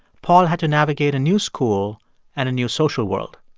paul had to navigate a new school and a new social world.